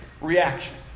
reaction